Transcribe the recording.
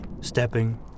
stepping